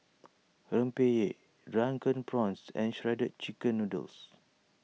Rempeyek Drunken Prawns and Shredded Chicken Noodles